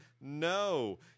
No